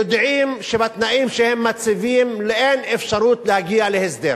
יודעים שבתנאים שהם מציבים אין אפשרות להגיע להסדר.